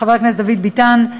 חבר הכנסת דוד ביטן,